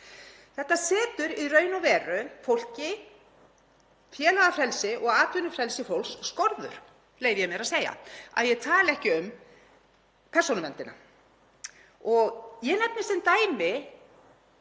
Þetta setur í raun og veru félagafrelsi og atvinnufrelsi fólks skorður, leyfi ég mér að segja, að ég tali ekki um persónuverndina. Ég nefni sem dæmi